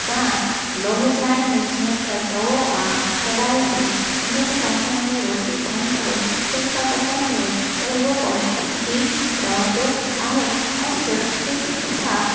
तां लोह जा आहे न जीअं त तओ आहे कढ़ाई थी उन जे बासण में रोटी ठाहींदव फुल्का पचाईंदव त उहो पोष्टिक बि रहंदो आहे ऐं सुरक्षित तथा